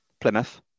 Plymouth